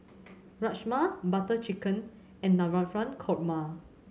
Rajma Butter Chicken and Navratan Korma